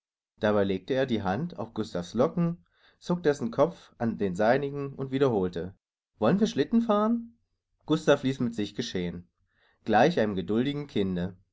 dabei legte er die hand auf gustav's locken zog dessen kopf an den seinigen und wiederholte wollen wir schlitten fahren gustav ließ mit sich geschehen gleich einem geduldigen kinde